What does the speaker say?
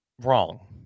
wrong